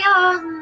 on